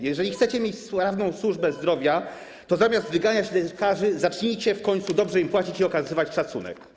Jeżeli chcecie mieć sprawną służbę zdrowia, to zamiast wyganiać lekarzy, zacznijcie w końcu dobrze im płacić i okazywać im szacunek.